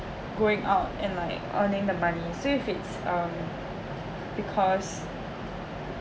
like going out and like earning the money so if it's um because